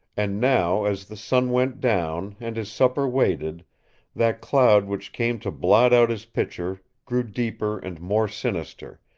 and now, as the sun went down, and his supper waited that cloud which came to blot out his picture grew deeper and more sinister,